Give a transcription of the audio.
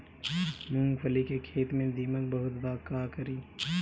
मूंगफली के खेत में दीमक बहुत बा का करी?